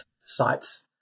sites